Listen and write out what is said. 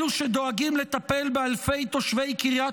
אלו שדואגים לטפל באלפי תושבי קריית